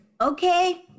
Okay